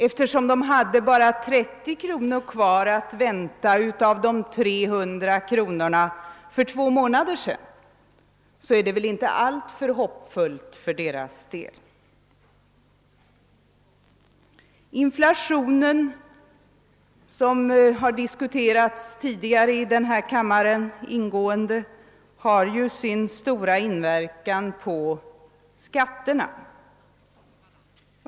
Eftersom de hade 30 kronor kvar av de 300 kronorna för två månader sedan, är det väl inte alltför hoppfullt för deras del. Inflationen, som tidigare diskuterats ingående i denna kammare, har ju sin stora inverkan på skatterna.